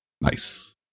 Nice